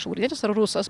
šiaurietis ar rusas